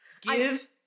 Give